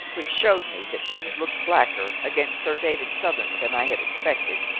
which showed me that things looked blacker against sir david southern than i had expected,